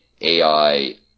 AI